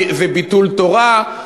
זה ביטול תורה,